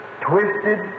twisted